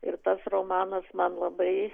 ir tas romanas man labai